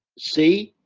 see,